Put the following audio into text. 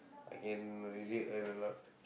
I can really earn a lot